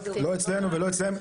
לא אצלנו ולא אצלם,